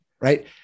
right